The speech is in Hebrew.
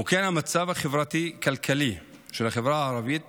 כמו כן, המצב החברתי-כלכלי של החברה הערבית